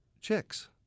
chicks